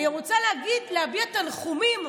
אני רוצה להביע תנחומים,